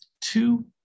two